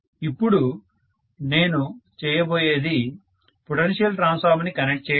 ఇప్పుడు నేను చేయబోయేది పొటెన్షియల్ ట్రాన్స్ఫార్మర్ ని కనెక్ట్ చేయడం